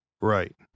Right